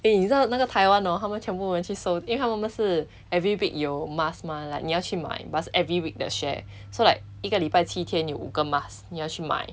诶你知道那个 taiwan 的 hor 他们全部人去收 I think 我们是 every week you mask mah like 你要去买 but 是 every week 的 share so like 一个礼拜七天有五个 mask 你要去买